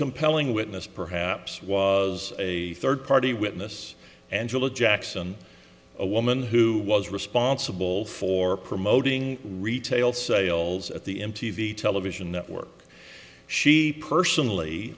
compelling witness perhaps was a third party witness angela jackson a woman who was responsible for promoting retail sales at the m t v television network she personally